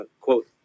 Quote